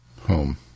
Home